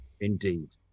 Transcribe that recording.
Indeed